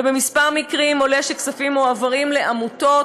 ובכמה מקרים עולה שכספים מועברים לעמותות